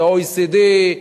זה OECD,